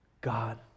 God